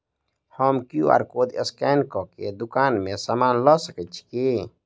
हम QR code scan कऽ केँ दुकान मे समान लऽ सकैत छी की?